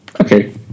Okay